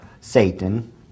Satan